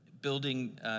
building